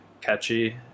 catchy